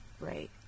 Right